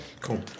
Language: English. cool